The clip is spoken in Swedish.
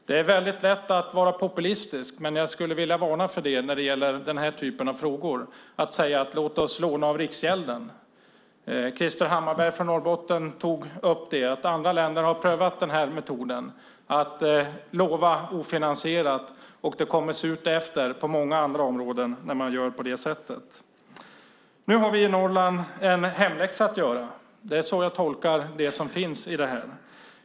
Det är väldigt lätt att vara populistisk och säga att vi ska låna av Riksgälden, men jag skulle vilja varna för det när det gäller den här typen av frågor. Krister Hammarbergh från Norrbotten tog upp att andra länder har prövat metoden att lova ofinansierat. Det kommer surt efter på många andra områden när man gör på det sättet. Nu har vi i Norrland en hemläxa att göra. Det är så jag tolkar det som finns i detta.